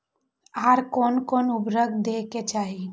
आर कोन कोन उर्वरक दै के चाही?